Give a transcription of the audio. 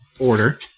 order